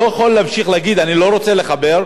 אני לא רוצה לחבר אבל אין פתרון.